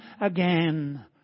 again